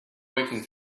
working